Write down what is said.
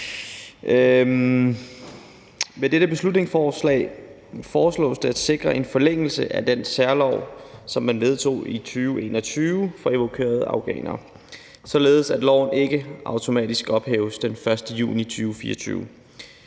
Med dette beslutningsforslag foreslås det at sikre en forlængelse af den særlov for evakuerede afghanere, som man vedtog i 2021, således at loven ikke automatisk ophæves den 1. juni 2024.